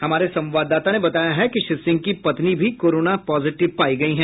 हमारे संवाददाता ने बताया है कि श्री सिंह की पत्नी भी कोरोना पॉजिटिव पायी गयी है